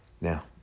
Now